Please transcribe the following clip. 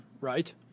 right